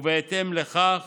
ובהתאם לכך